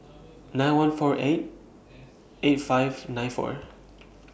nine one four eight eight five nine four